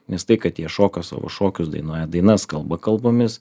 nes tai kad jie šoka savo šokius dainuoja dainas kalba kalbomis